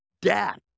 death